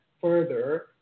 further